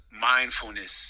mindfulness